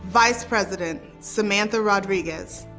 vice president, samantha rodriguez.